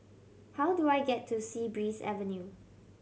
how do I get to Sea Breeze Avenue